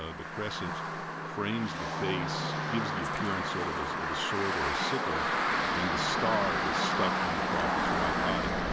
ah the crescent frames the face, gives the appearance sort of as a sword or a sickle and the star is stuck in the prophet's right eye.